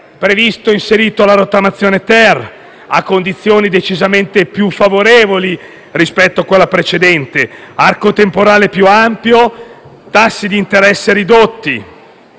esso è inserita la rottamazione-*ter*, a condizioni decisamente più favorevoli rispetto a quella precedente; un arco temporale più ampio; tassi di interesse ridotti;